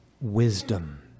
wisdom